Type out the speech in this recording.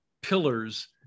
pillars